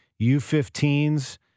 U15s